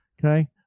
Okay